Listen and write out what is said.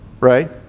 Right